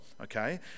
okay